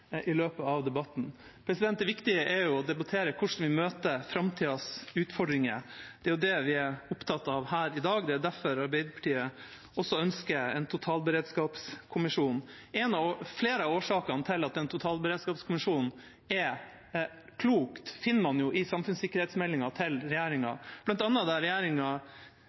i løpet av debatten. Det viktige er å debattere hvordan vi møter framtidas utfordringer. Det er det vi er opptatt av her i dag. Det er også derfor Arbeiderpartiet ønsker en totalberedskapskommisjon. Flere av årsakene til at en totalberedskapskommisjon er klokt, finner man i regjeringas samfunnssikkerhetsmelding, bl.a. der regjeringa